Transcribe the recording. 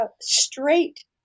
straight